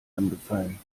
angefallen